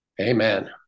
Amen